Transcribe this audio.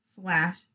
slash